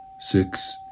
six